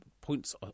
points